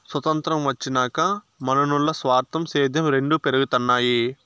సొతంత్రం వచ్చినాక మనునుల్ల స్వార్థం, సేద్యం రెండు పెరగతన్నాయి